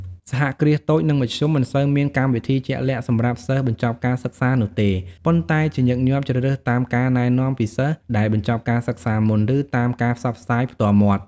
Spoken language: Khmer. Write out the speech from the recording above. សហគ្រាសតូច និងមធ្យម មិនសូវមានកម្មវិធីជាក់លាក់សម្រាប់សិស្សបញ្ចប់ការសិក្សានោះទេ ប៉ុន្តែជាញឹកញាប់ជ្រើសរើសតាមការណែនាំពីសិស្សដែលបញ្ចប់ការសិក្សាមុន ឬតាមការផ្សព្វផ្សាយផ្ទាល់មាត់។